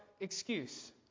excuse